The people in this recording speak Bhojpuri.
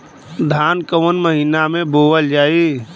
धान कवन महिना में बोवल जाई?